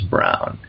Brown